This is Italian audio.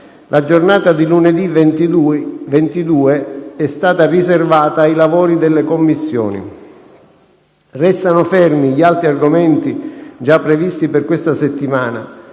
la giornata dì lunedì 22 sarà riservata ai lavori delle Commissioni. Restano fermi gli altri argomenti già previsti per questa settimana